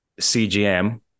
CGM